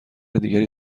دیگری